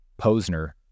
Posner